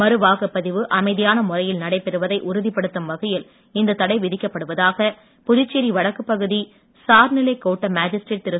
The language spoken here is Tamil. மறுவாக்குப்பதினவு அமைதியான முறையில் நடைபெறுவதை உறுதிப்படுத்தும் வகையில் இந்தத் தடை விதிக்கப் படுவதாக புதுச்சேரி வடக்குப் பகுதி சார்நிலைக் கோட்ட மேஜிஸ்ட்ரேட் திரு